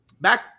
Back